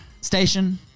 station